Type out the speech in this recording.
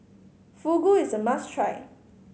fugu is a must try